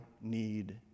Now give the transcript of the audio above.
need